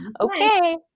Okay